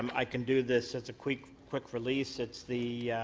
i can do this as a quick quick release. it's the